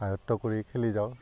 আয়ত্ব কৰি খেলি যাওঁ